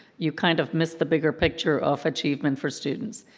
you kind of miss the bigger picture of achievement for students.